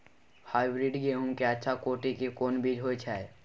Hybrid गेहूं के अच्छा कोटि के कोन बीज होय छै?